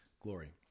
glory